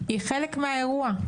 היא חלק מהאירוע,